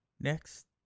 Next